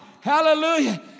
Hallelujah